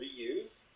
reuse